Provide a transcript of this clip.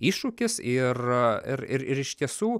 iššūkis ir ir ir iš tiesų